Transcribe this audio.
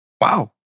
Wow